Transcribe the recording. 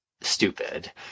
stupid